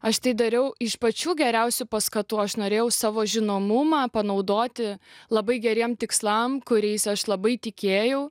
aš tai dariau iš pačių geriausių paskatų aš norėjau savo žinomumą panaudoti labai geriem tikslam kuriais aš labai tikėjau